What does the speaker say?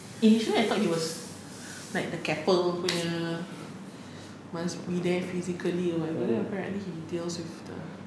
initially I thought he was like the keppel punya must be there physically or whatever but then apparently he deals with the